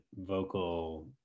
vocal